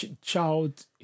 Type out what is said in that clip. child